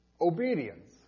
obedience